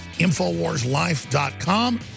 Infowarslife.com